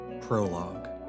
prologue